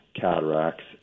cataracts